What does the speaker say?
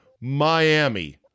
Miami